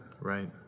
right